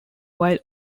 while